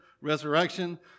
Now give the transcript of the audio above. resurrection